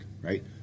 right